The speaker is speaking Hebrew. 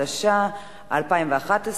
התשע"א 2011,